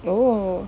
oh